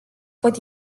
pot